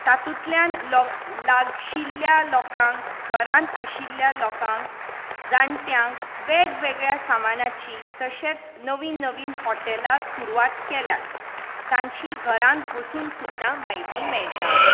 तातुंतल्यान लागशिल्ल्या लोकांक घरांत आशिल्ल्या लोकांक जाण्ट्यांक वेगवेगळ्या सामानाची तशेंच नवीन नवीन हॉटेलां सुरवात केल्यात तांची घरांत बसून सुद्दां म्हायती मेळटा